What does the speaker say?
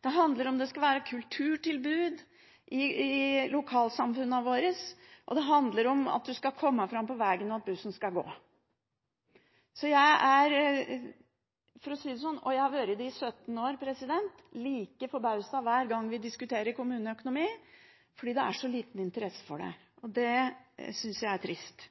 Det handler om hvorvidt det skal være kulturtilbud i lokalsamfunnene våre, og det handler om at man skal komme fram på vegen, og at bussen skal gå. Jeg er – og jeg har vært det i 17 år – like forbauset hver gang vi diskuterer kommuneøkonomi, fordi det er så liten interesse for det, og det synes jeg er trist.